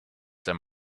there